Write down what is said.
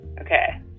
Okay